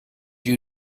you